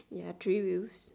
ya three wheels